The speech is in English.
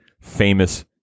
famous